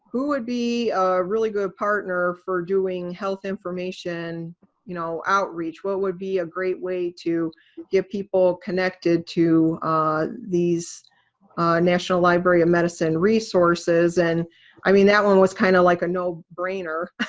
who would be a really good partner for doing health information you know outreach? what would be a great way to get people connected to these national library of medicine resources? and i mean that one was kinda like a no brainer.